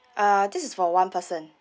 uh this is for one person